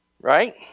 Right